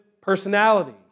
personality